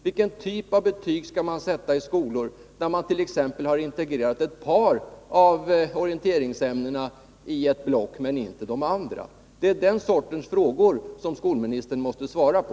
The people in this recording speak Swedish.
Vilken typ av betyg skall man sätta i skolor där man t.ex. har integrerat ett par av orienteringsämnena i ett block men inte de andra? Det är den sortens frågor som skolministern måste svara på.